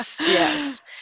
yes